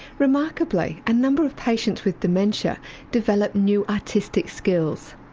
remarkably, a number of patients with dementia develop new artistic skills.